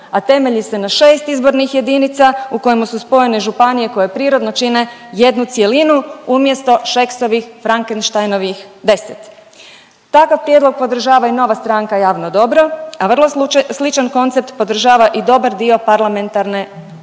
a temelji se na 6 izbornih jedinica u kojemu su spojene županije koje prirodno čine jednu cjelinu umjesto Šeksovih Frankensteinovih 10. Takav prijedlog podržava i nova stranka Javno dobro, a vrlo sličan koncept podržava i dobar dio parlamentarne opozicije.